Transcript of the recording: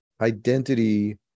identity